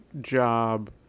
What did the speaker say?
job